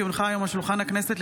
כי הונחה היום על שולחן הכנסת,